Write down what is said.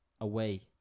away